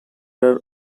are